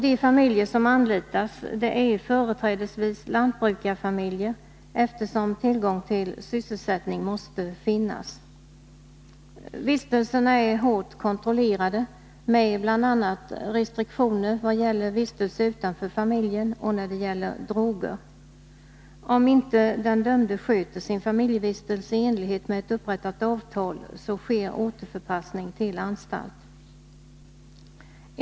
De familjer som anlitas är företrädesvis lantbrukarfamiljer, eftersom tillgång till sysselsättning måste finnas. Vistelserna är hårt kontrollerade, med bl.a. restriktioner vad gäller vistelse utanför familjen och när det gäller droger. Om inte den dömde sköter sin familjevistelse i enlighet med ett upprättat avtal, sker återförpassning till anstalt.